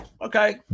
okay